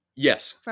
Yes